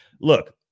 look